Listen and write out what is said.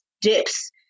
dips